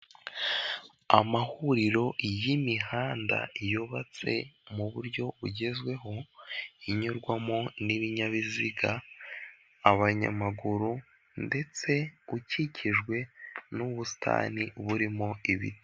Amahuriro y'imihanda yubatse muburyo bugezweho inyurwamo n'ibinyabiziga abanyamaguru ndetse ukikijwe n'ubusitani burimo ibiti.